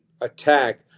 attack